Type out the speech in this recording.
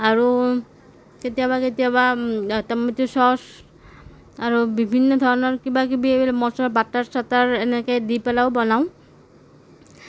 আৰু কেতিয়াবা কেতিয়াবা ট'মেট' চ'ছ আৰু বিভিন্ন ধৰণৰ কিবা কিবি বাটাৰ চাটাৰ এনেকৈ দি পেলাইও বনাওঁ